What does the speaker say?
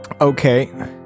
Okay